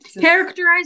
Characterized